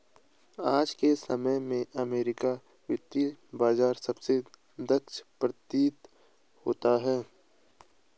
आज के समय में अमेरिकी वित्त बाजार सबसे दक्ष प्रतीत होता है